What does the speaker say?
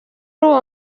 uwo